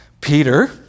Peter